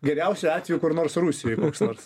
geriausiu atveju kur nors rusijoj koks nors